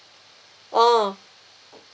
orh